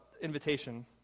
invitation